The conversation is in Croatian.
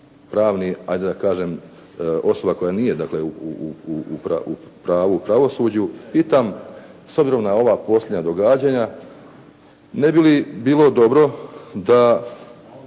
pravni ajde da kažem osoba koja nije dakle u pravu, pravosuđu, pitam s obzirom na ova posljednja događanja, ne bi li bilo dobro da